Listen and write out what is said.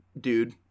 dude